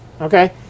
Okay